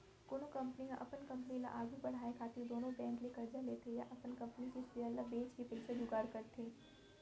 कोनो कंपनी ह अपन कंपनी ल आघु बड़हाय खातिर कोनो बेंक ले करजा लेथे या अपन कंपनी के सेयर ल बेंच के पइसा जुगाड़ करथे